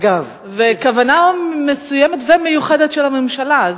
וכוונה מסוימת ומיוחדת של הממשלה.